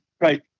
right